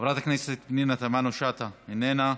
חברת הכנסת פנינה תמנו שטה, איננה,